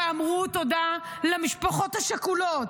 ואמרו תודה למשפחות השכולות.